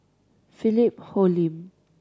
Philip Hoalim